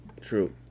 true